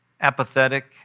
apathetic